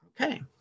Okay